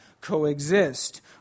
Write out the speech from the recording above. coexist